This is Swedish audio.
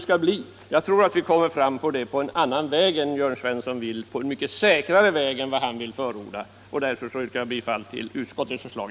Men jag tror att vi kommer fram till hans önskan om hur det skall bli på ett säkrare sätt än vad han vill förorda. Därför yrkar jag återigen bifall